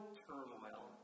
turmoil